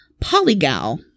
polygal